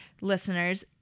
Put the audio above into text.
listeners